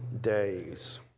days